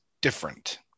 different